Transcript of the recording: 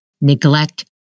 neglect